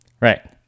Right